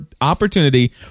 opportunity